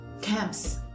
camps